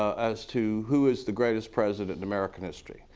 as to who is the greatest president in american history.